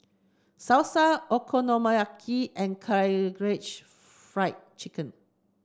Salsa Okonomiyaki and Karaage Fried Chicken